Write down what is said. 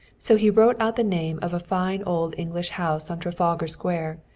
so he wrote out the name of a fine old english house on trafalgar square,